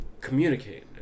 communicate